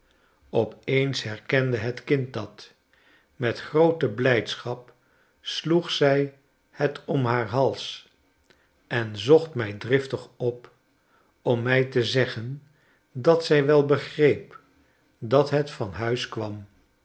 op eens herkende het kind dat met groote blijdschap sloeg zij het om haar hals en zocht mij driftig op om my te zeggen dat zij wel begreep dat het van huis kwam